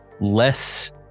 less